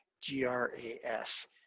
g-r-a-s